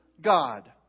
God